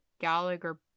Gallagher